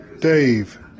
Dave